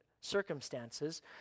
circumstances